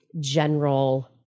general